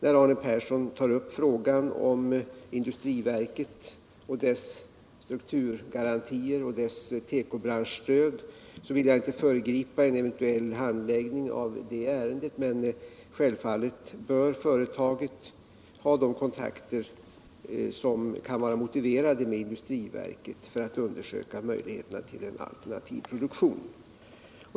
När Arne Persson tar upp frågan om industriverket, dess strukturgarantier och dess tekobranschstöd, vill jag inte föregripa en eventuell handläggning av det ärendet, men självfallet bör företaget med industriverket ha de kontakter som kan vara motiverade för att undersöka möjligheterna till en alternativ produktion.